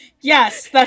Yes